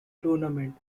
tournament